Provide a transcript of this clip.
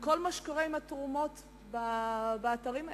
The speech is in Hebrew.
כל מה שקורה עם התרומות באתרים האלה.